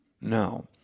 No